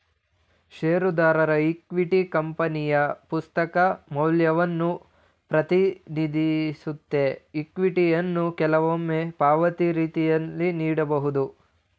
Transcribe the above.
ಷೇರುದಾರರ ಇಕ್ವಿಟಿ ಕಂಪನಿಯ ಪುಸ್ತಕ ಮೌಲ್ಯವನ್ನ ಪ್ರತಿನಿಧಿಸುತ್ತೆ ಇಕ್ವಿಟಿಯನ್ನ ಕೆಲವೊಮ್ಮೆ ಪಾವತಿ ರೀತಿಯಂತೆ ನೀಡಬಹುದು